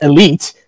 Elite